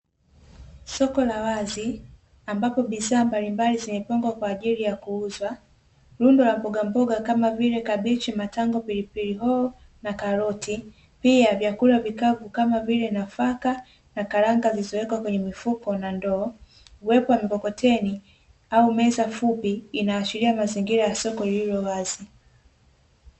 Soko la wazi, ambapo bidhaa mbalimbali zimepangwa kwa ajili ya kuuzwa, rundo la mbogamboga kama vile: kabichi, matango, pilipili hoho na karoti, pia vyakula vikavu kama vile; nafaka na karanga zilizowekwa kwenye mifuko, na ndoo na kuwekwa kwenye mikokoteni au meza fupi, inayoashiria mazingira ya soko lililowazi.